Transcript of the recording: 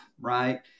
right